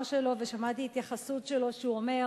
שלו ושמעתי התייחסות שלו שהוא אומר: